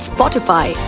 Spotify